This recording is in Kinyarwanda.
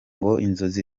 inzozi